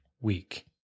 week